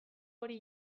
hori